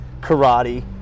karate